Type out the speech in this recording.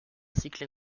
cycle